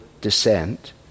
descent—